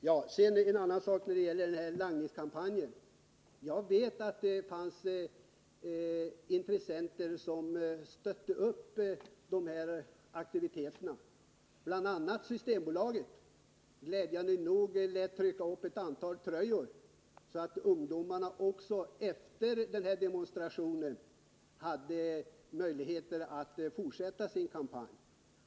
Beträffande langningskampanjen vill jag säga: Jag vet att det finns intressenter som stöttat upp de här aktiviteterna, bl.a. Systembolaget, som glädjande nog lät trycka upp ett antal tröjor så att ungdomarna också efter den här demonstrationen hade möjligheter att fortsätta sin kampanj.